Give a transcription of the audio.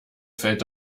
fällt